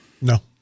No